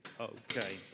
Okay